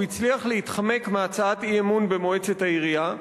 הוא הצליח להתחמק מהצעת אי-אמון במועצת העירייה,